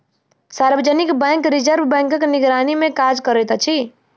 सार्वजनिक bank reserve बैंकक निगरानीमे काज करैत अछि